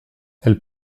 elle